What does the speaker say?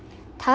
thus